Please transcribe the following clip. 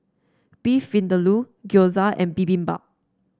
Beef Vindaloo Gyoza and Bibimbap